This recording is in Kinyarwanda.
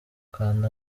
kanda